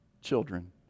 children